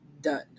done